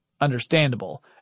understandable